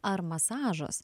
ar masažas